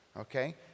okay